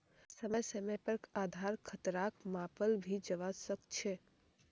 समय समय पर आधार खतराक मापाल भी जवा सक छे